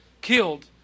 killed